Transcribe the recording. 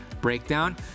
breakdown